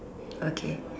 okay